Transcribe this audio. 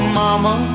mama